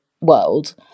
world